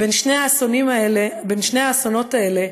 בין שני האסונות האלה